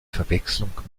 verwechslung